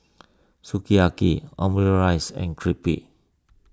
Sukiyaki Omurice and Crepe